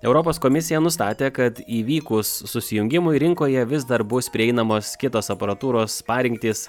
europos komisija nustatė kad įvykus susijungimui rinkoje vis dar bus prieinamos kitos aparatūros parinktys